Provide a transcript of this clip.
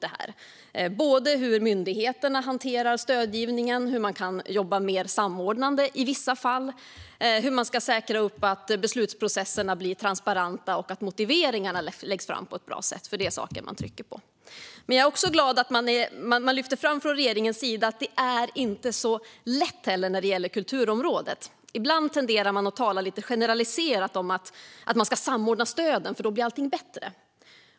Det gäller både hur myndigheterna hanterar stödgivningen, hur man kan jobba mer samordnande i vissa fall och hur man ska säkra att beslutsprocesserna blir transparenta och motiveringarna läggs fram på ett bra sätt. Det är saker man trycker på. Jag är också glad för att man från regeringens sida lyfter fram att det inte är så lätt när det gäller kulturområdet. Ibland tenderar man att tala lite generaliserat om att man ska samordna stöden, för då blir allting bättre.